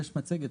אציג מצגת.